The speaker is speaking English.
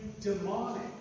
demonic